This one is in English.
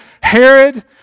Herod